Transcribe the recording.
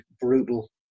brutal